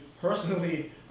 personally